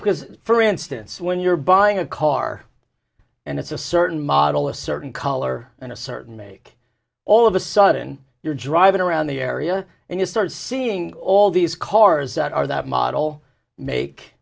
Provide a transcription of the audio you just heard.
because for instance when you're buying a car and it's a certain model a certain color and a certain make all of a sudden you're driving around the area and you start seeing all these cars that are that model make